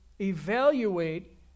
evaluate